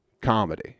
comedy